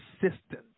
consistent